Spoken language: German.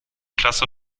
klasse